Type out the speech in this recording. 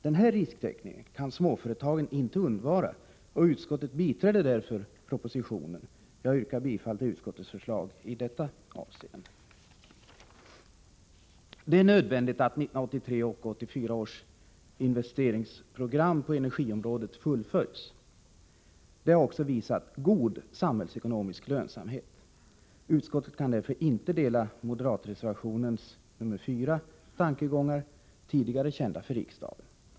Den här risktäckningen kan småföretagen inte undvara, och utskottet biträder därför propositionen. Jag yrkar bifall till utskottets förslag i detta avseende. Det är nödvändigt att 1983 och 1984 års investeringsprogram på energiområdet fullföljs. Det har också visat god samhällsekonomisk lönsamhet. Utskottet kan därför inte dela tankegångarna i moderatreservationen nr 4 — 163 de är tidigare kända för riksdagen.